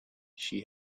she